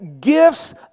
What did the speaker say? gifts